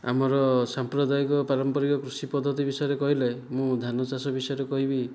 ଆମର ସାମ୍ପ୍ରଦାୟିକ ପାରମ୍ପାରିକ କୃଷି ପଦ୍ଧତି ବିଷୟରେ କହିଲେ ମୁଁ ଧାନ ଚାଷ ବିଷୟରେ କହିବି